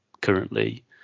currently